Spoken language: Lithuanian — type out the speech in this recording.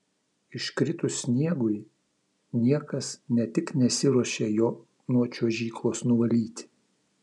iškritus sniegui niekas ne tik nesiruošia jo nuo čiuožyklos nuvalyti